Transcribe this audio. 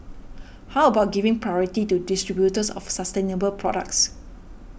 how about giving priority to distributors of sustainable products